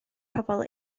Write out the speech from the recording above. pobl